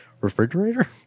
refrigerator